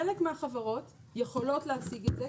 חלק מהחברות יכולות להשיג את זה,